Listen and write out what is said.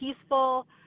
peaceful